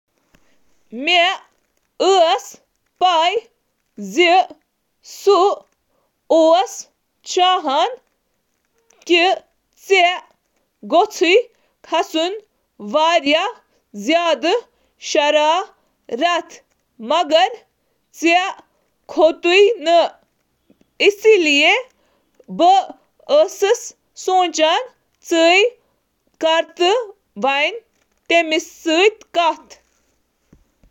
مےٚ ٲس پَے زِ سُہ اوس تۄہہِ شرارت دِنٕچ کوٗشِش کران، مگر تُہۍ روٗدۍ ٹھیٖک۔ وۄنۍ چھُس بہٕ یژھان زِ ژٕ کٔرِو أمِس سۭتۍ کَتھ